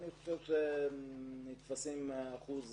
לא נתפס אחוז